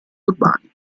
urbani